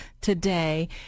today